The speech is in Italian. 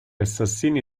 assassini